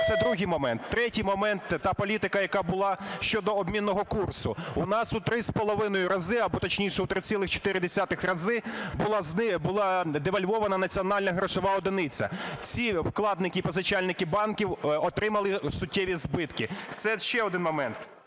Це другий момент. Третій момент. Та політика, яка була щодо обмінного курсу. У нас в 3,5 рази, або, точніше, у 3,4 рази була девольвована національна грошова одиниця. Ці вкладники і позичальники банків отримали суттєві збитки. Це ще один момент.